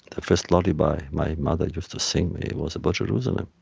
the first lullaby my mother used to sing me was about jerusalem.